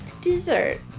Dessert